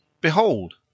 behold